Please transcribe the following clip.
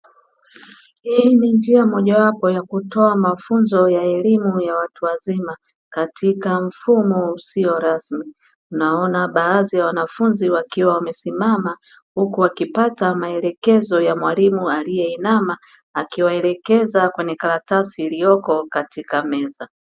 Hii ni njia mojawapo ya kutoa mafunzo ya elimu ya watu wazima katika mfumo usio rasmi. Maona baadhi ya wanafunzi wakiwa wamesimama huku wakipata maelekezo ya mwalimu aliyeinama, akiwaelekeza kwenye karatasi iliyoko katika meza.